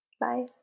Bye